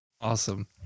Awesome